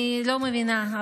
אני לא מבינה,